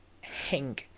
hang